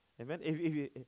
Amen